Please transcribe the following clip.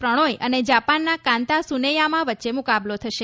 પ્રણોય અને જાપાનના Kanta Tsuneyama વચ્ચે મુકાબલો થશે